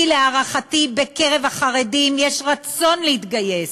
כי, להערכתי, בקרב החרדים יש רצון להתגייס,